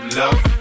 love